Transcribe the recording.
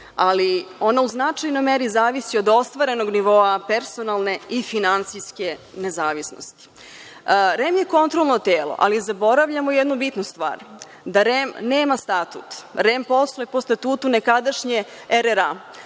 ali ona u značajnoj meri zavisi od ostvarenog nivoa personalne i finansijske nezavisnosti. REM je kontrolno telo, ali zaboravljamo jednu bitnu stvar. REM nema statut. REM posluje po statutu nekadašnje RRA.